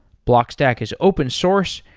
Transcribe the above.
blockstack is open source,